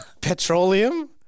petroleum